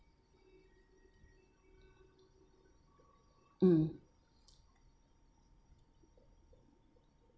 mm